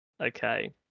Okay